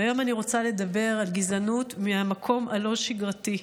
והיום אני רוצה לדבר על גזענות מהמקום הלא-שגרתי.